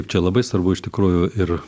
čia labai svarbu iš tikrųjų ir